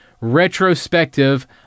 retrospective